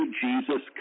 Jesus